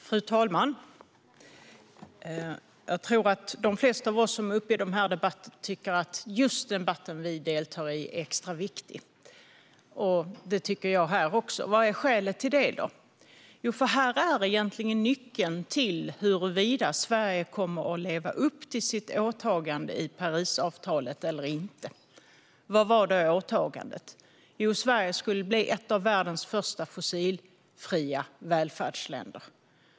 Fru talman! Jag tror att de flesta av oss som går upp i debatten tycker att just den debatt som vi deltar i är extra viktig. Det tycker jag här också. Vad är skälet till det? Jo, här är egentligen nyckeln till huruvida Sverige kommer att leva upp till sitt åtagande i Parisavtalet eller inte. Vad var då åtagandet? Jo, att Sverige skulle bli ett världens fösta fossilfria välfärdsländer.